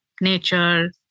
nature